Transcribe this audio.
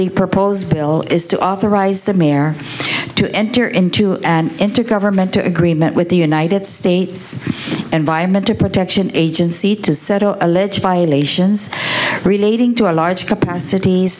the proposed bill is to authorize the mare to enter into an intergovernmental agreement with the united states environmental protection agency to settle alleged violations relating to a large capacit